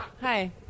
Hi